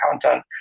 content